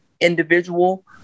individual